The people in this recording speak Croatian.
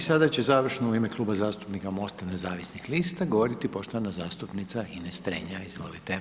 I sada će završno u ime Kluba zastupnika MOST-a nezavisnih lista govoriti poštovana zastupnica Ines Strenja, izvolite.